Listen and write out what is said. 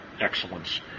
excellence